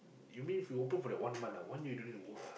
you mean if you open for that one month ah one year you don't need to work ah